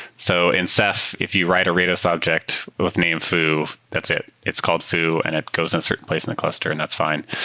so in ceph, if you write a rados object with name foo, that's it. it's called foo and it goes in a certain place in a cluster and that's fine.